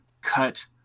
cut